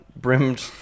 brimmed